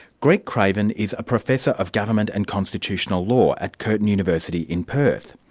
greg craven is a professor of government and constitutional law at curtin university in perth.